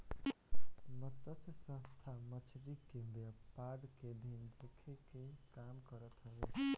मतस्य संस्था मछरी के व्यापार के भी देखे के काम करत हवे